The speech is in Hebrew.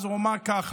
והוא אמר ככה: